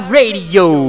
Radio